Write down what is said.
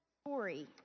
story